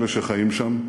אלה שחיים שם,